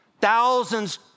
Thousands